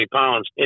pounds